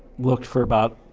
looked for about,